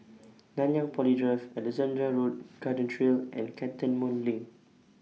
Nanyang Poly Drive Alexandra Road Garden Trail and Cantonment LINK